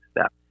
step